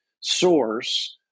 source